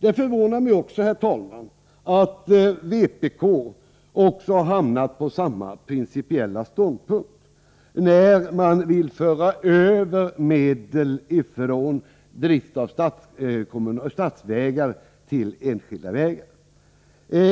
Det förvånar mig också att vpk hamnat på samma principiella ståndpunkt och vill föra över medel från drift av statskommunala till enskilda vägar.